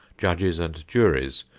judges and juries,